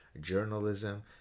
journalism